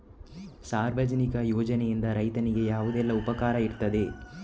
ಸಾರ್ವಜನಿಕ ಯೋಜನೆಯಿಂದ ರೈತನಿಗೆ ಯಾವುದೆಲ್ಲ ಉಪಕಾರ ಇರ್ತದೆ?